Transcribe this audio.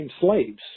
slaves